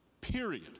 period